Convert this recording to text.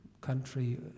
country